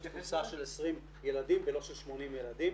יש תפוסה של 20 ילדים ולא של 80 ילדים.